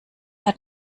hat